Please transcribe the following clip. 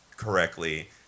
correctly